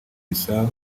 bissau